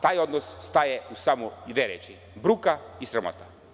Taj odnos staje u samo dve reči – bruka i sramota.